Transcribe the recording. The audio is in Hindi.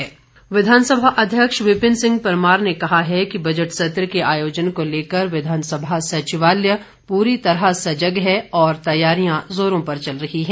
विपिन परमार विधानसभा अध्यक्ष विपिन सिंह परमार ने कहा है कि बजट सत्र के आयोजन को लेकर विधानसभा सचिवालय पूरी तरह सजग है और तैयारियां जोरों पर चल रही है